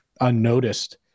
unnoticed